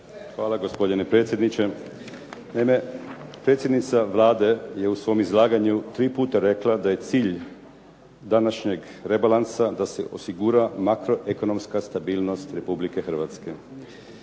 Hvala gospodine predsjedniče. Naime, predsjednica Vlade je u svom izlaganju tri puta rekla da je cilj današnjeg rebalansa da se osigura makro ekonomska stabilnost Republike Hrvatske.